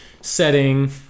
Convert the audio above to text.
setting